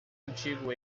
antigo